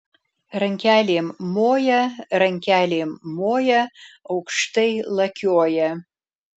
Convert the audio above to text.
rankelėm moja rankelėm moja aukštai lakioja